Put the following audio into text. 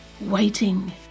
waiting